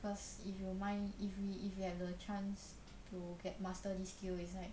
cause if you mind if we if we have the chance to get master this skill is like